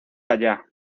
allá